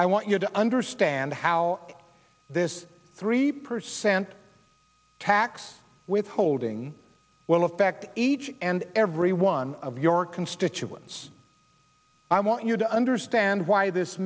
i want you to understand how this three percent tax withholding will affect each and every one of your constituents i want you to understand why this